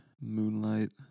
Moonlight